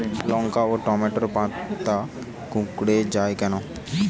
লঙ্কা ও টমেটোর পাতা কুঁকড়ে য়ায় কেন?